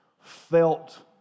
felt